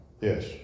Yes